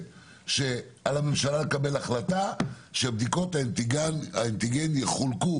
שעל הממשלה לקבל החלטה שבדיקות האנטיגן יחולקו,